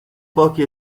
pochi